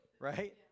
right